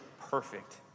perfect